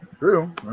True